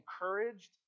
encouraged